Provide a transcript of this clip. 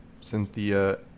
Cynthia